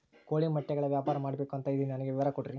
ಕೋಳಿ ಮೊಟ್ಟೆಗಳ ವ್ಯಾಪಾರ ಮಾಡ್ಬೇಕು ಅಂತ ಇದಿನಿ ನನಗೆ ವಿವರ ಕೊಡ್ರಿ?